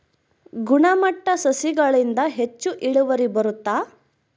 ಗುಣಮಟ್ಟ ಸಸಿಗಳಿಂದ ಹೆಚ್ಚು ಇಳುವರಿ ಬರುತ್ತಾ?